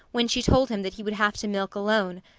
when she told him that he would have to milk alone,